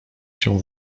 się